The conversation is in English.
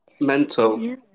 mental